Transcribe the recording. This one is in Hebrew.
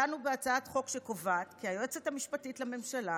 דנו בהצעת חוק שקובעת כי היועצת המשפטית לממשלה